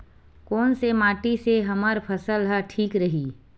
कोन से माटी से हमर फसल ह ठीक रही?